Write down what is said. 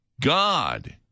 God